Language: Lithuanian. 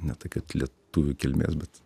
ne tai kad lietuvių kilmės bet